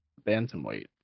bantamweight